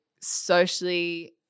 socially